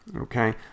Okay